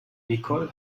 nicole